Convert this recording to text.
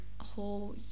whole